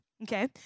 Okay